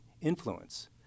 influence –